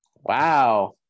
Wow